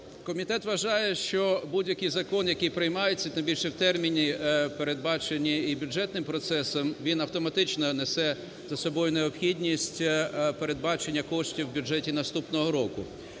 Комітет вважає, що будь-який закон, який приймається, тим більше в терміни, передбачені і бюджетним процесом, він автоматично несе за собою необхідність передбачення коштів в бюджеті наступного року.